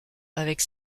avec